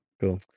cool